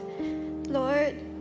Lord